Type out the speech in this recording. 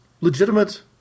legitimate